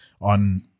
on